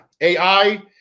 AI